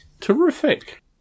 Terrific